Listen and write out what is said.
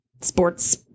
sports